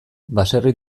baserri